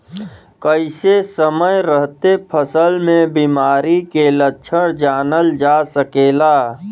कइसे समय रहते फसल में बिमारी के लक्षण जानल जा सकेला?